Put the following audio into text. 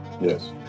Yes